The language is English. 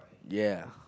ya